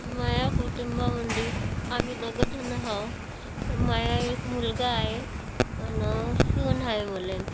माझ्या कुटुंबामध्ये आम्ही दोघंजणं आहो माझा एक मुलगा आहे आणि सून आहे मला